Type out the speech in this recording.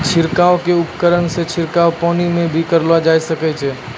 छिड़काव क उपकरण सें छिड़काव पानी म भी करलो जाय छै